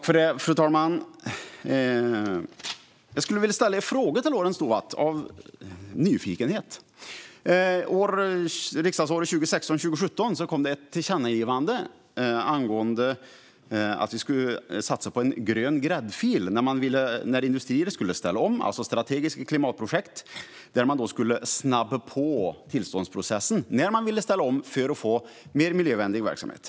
Fru talman! Jag skulle vilja ställa en fråga till Lorentz Tovatt av nyfikenhet. Riksdagsåret 2016/17 kom det ett tillkännagivande om att vi skulle satsa på en grön gräddfil, alltså ett strategiskt klimatprojekt där man skulle snabba på tillståndsprocessen när industrier ville ställa om till en mer miljövänlig verksamhet.